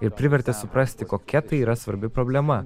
ir privertė suprasti kokia tai yra svarbi problema